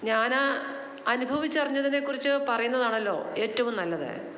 ഞാനാ അനുഭവിച്ചറിഞ്ഞതിനെക്കുറിച്ച് പറയുന്നതാണല്ലോ ഏറ്റവും നല്ലത്